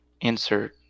insert